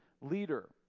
leader